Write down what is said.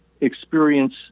experience